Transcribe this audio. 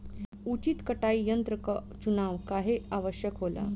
उचित कटाई यंत्र क चुनाव काहें आवश्यक होला?